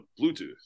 bluetooth